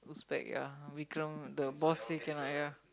Uzbek ya Vikram the boss say cannot yeah